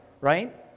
right